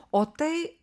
o tai